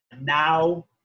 Now